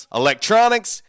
electronics